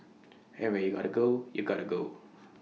and when you gotta go you gotta go